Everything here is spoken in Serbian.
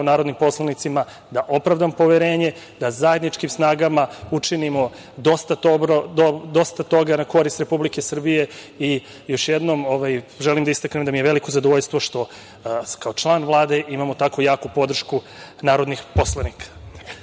narodnim poslanicima da opravdam poverenje da zajedničkim snagama učinimo dosta toga u korist Republike Srbije. Još jednom želim da istaknem da mi je veliko zadovoljstvo što kao član Vlade imamo tako jaku podršku narodnih poslanika. Pre